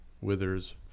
withers